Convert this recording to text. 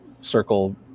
circle